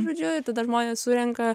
žodžiu ir tada žmonės surenka